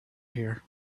here